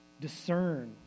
discern